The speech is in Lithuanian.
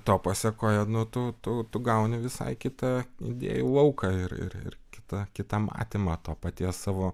to pasekoje nu tu tu gauni visai kitą idėjų lauką ir ir ir kita kitam atima to paties savo